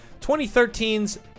2013's